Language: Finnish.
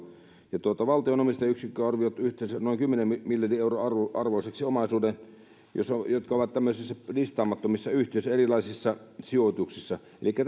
lisäksi valtion omistajayksikkö on arvioinut yhteensä noin kymmenen miljardin euron arvoiseksi omaisuuden joka on tämmöisissä listaamattomissa yhtiöissä erilaisissa sijoituksissa elikkä